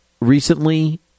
recently